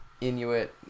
Inuit